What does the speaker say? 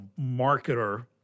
marketer